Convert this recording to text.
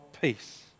peace